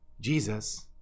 Jesus